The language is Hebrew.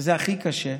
שזה הכי קשה.